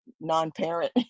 non-parent